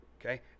okay